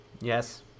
Yes